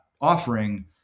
offering